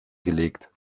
gelegt